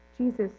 Jesus